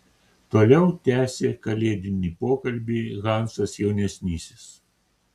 toliau tęsė kalėdinį pokalbį hansas jaunesnysis